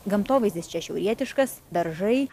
gamtovaizdis čia šiaurietiškas beržai